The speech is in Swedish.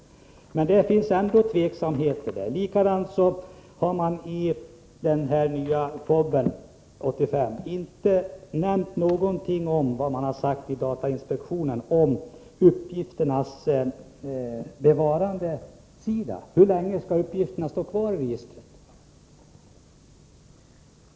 Men det finns trots allt osäkerhet. Regeringen har i sin proposition FoB 85 inte nämnt någonting om vad datainspektionen har sagt om uppgifternas bevarande. Hur länge skall uppgifterna stå kvar i registret?